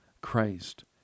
Christ